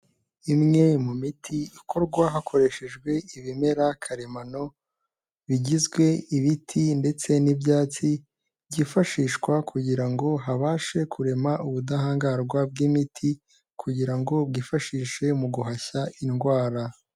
Imwe mu miti ikorwa hakoreshejwe ibimera karemano, bigizwe ibiti ndetse n'ibyatsi, byifashishwa kugira ngo habashe kurema ubudahangarwa bw'imiti kugira ngo bwifashishwe mu guhashya indwara.